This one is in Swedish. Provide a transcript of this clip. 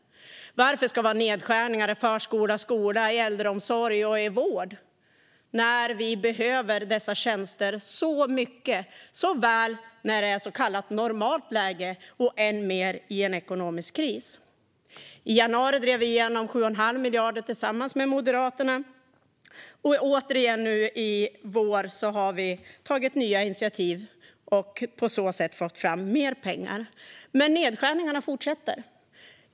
Varför ska det vara nedskärningar i förskola och skola, i äldreomsorg och i vård när dessa tjänster behövs så mycket såväl i normalt läge som än mer i en ekonomisk kris? I januari drev vi igenom 7 1⁄2 miljard tillsammans med Moderaterna, och återigen i vår har vi tagit nya initiativ och på så sätt fått fram mer pengar. Men nedskärningarna fortsätter.